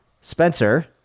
Spencer